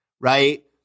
right